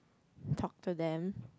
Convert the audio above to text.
talk to them